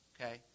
okay